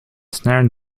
snare